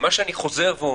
מה שאני חוזר ואומר: